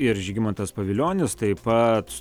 ir žygimantas pavilionis taip pat